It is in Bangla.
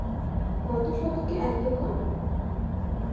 কত শতকে এক একর?